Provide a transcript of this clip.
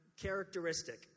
characteristic